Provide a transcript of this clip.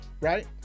Right